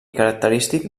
característic